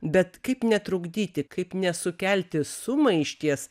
bet kaip netrukdyti kaip nesukelti sumaišties